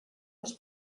els